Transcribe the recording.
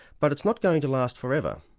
but it's not going to last forever.